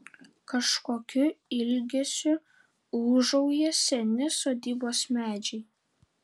kažkokiu ilgesiu ūžauja seni sodybos medžiai